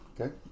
Okay